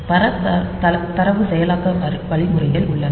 பல தரவு செயலாக்க வழிமுறைகள் உள்ளன